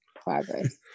progress